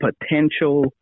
potential